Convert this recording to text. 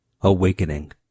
Awakening